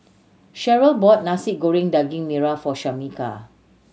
Sherryl bought Nasi Goreng Daging Merah for Shameka